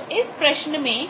तो इस प्रश्न में